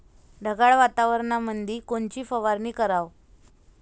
ढगाळ वातावरणामंदी कोनची फवारनी कराव?